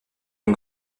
une